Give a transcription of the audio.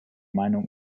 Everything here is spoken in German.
meinung